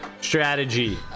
strategy